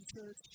church